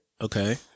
Okay